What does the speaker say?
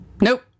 Nope